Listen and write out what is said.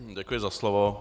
Děkuji za slovo.